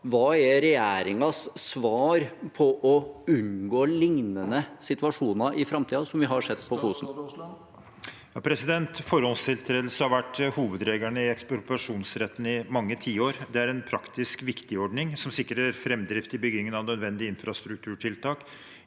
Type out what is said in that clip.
Hva er regjeringens svar på å unngå lignende situasjoner i framtiden som den vi har sett på Fosen? Statsråd Terje Aasland Forhåndstiltre- delse har vært hovedregelen i ekspropriasjonsretten i mange tiår. Det er en praktisk viktig ordning som sikrer framdrift i byggingen av nødvendige infrastrukturtiltak